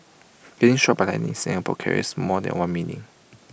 getting struck by lightning in Singapore carries more than one meaning